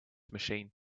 machine